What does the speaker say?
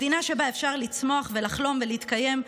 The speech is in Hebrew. מדינה שבה אפשר לצמוח ולחלום ולהתקיים,